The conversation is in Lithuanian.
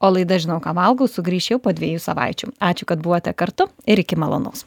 o laida žinau ką valgau sugrįš jau po dviejų savaičių ačiū kad buvote kartu ir iki malonaus